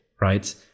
right